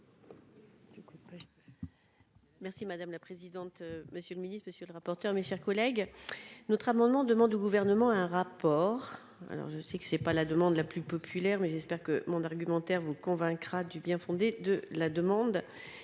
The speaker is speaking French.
Merci madame la présidente, monsieur le Ministre, monsieur le rapporteur, mes chers collègues, notre amendement demande au gouvernement un rapport alors je sais que c'est pas la demande la plus populaire, mais j'espère que mon argumentaire vous convaincra du bien-fondé de la demande